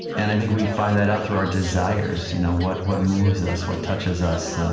and i think we find that out through our desires. you know what what moves us? what touches us?